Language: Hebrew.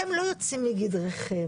אתם לא יוצאים מגדרכם,